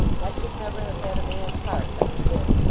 i should never have had a man's heart but for this.